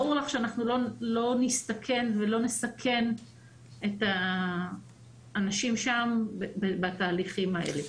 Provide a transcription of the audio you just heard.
ברור לך שאנחנו לא נסתכן ולא נסכן את האנשים שם בתהליכים האלה.